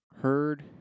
heard